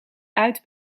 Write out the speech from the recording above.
uit